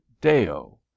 Deo